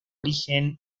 origen